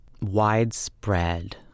widespread